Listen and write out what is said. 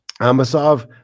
Amasov